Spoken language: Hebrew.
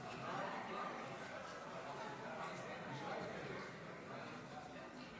אושרה גם היא בקריאה טרומית ותעבור לדיון בוועדת העבודה